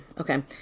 Okay